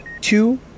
two